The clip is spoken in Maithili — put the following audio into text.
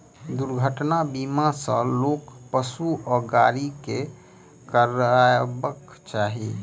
दुर्घटना बीमा सभ लोक, पशु आ गाड़ी के करयबाक चाही